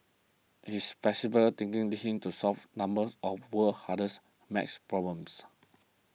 his flexible thinking lead him to solve numbers of world's hardest math problems